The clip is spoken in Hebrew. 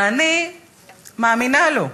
ואני מאמינה לו.